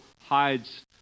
hides